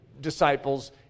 disciples